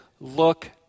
look